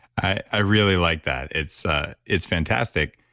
i really like that. it's ah it's fantastic.